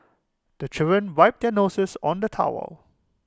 the children wipe their noses on the towel